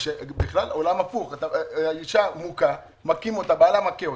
בכלל, עולם הפוך, האישה מוכה, בעלה מכה אותה,